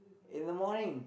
in the morning